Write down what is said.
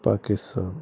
Pakistan